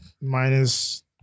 Minus